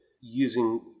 using